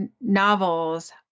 novels